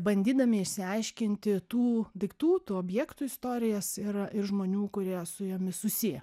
bandydami išsiaiškinti tų daiktų tų objektų istorijas ir ir žmonių kurie su jomis susiję